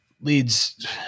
leads